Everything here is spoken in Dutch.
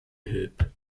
heup